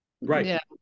Right